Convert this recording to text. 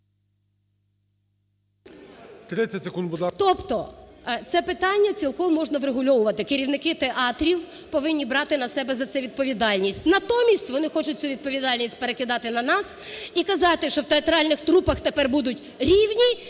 Тобто це питання цілком можна врегульовувати. Керівники театрів повинні брати на себе за це відповідальність. Натомість вони хочуть цю відповідальність перекидати на нас і казати, що в театральних трупах тепер будуть рівні